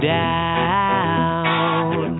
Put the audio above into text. down